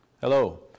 Hello